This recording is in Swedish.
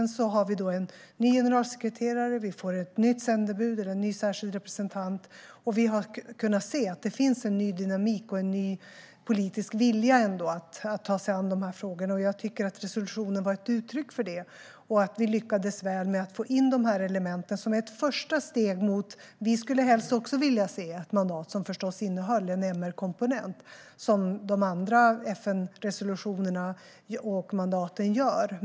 Nu har vi en ny generalsekreterare, vi får ett nytt sändebud eller en ny särskild representant och vi har kunnat se att det finns en ny dynamik och en ny politisk vilja att ta sig an de här frågorna. Jag tycker att resolutionen var ett uttryck för det och att vi lyckades väl med att få in de här elementen som ett första steg. Vi skulle helst vilja se ett mandat som innehåller en MR-komponent, som de andra FN-resolutionerna och mandaten gör.